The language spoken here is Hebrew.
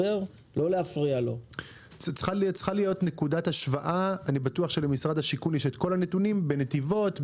אני בטוח שלמשרד השיכון יש את כל הנתונים בנתיבות,